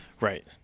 Right